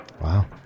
Wow